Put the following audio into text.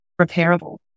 repairable